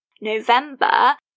November